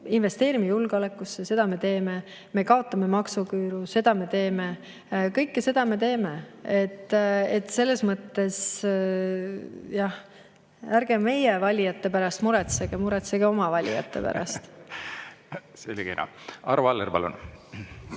investeerime julgeolekusse – seda me teeme. Me kaotame maksuküüru – seda me teeme. Kõike seda me teeme. Selles mõttes ärge meie valijate pärast muretsege, muretsege oma valijate pärast. Ma rääkisin